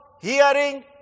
hearing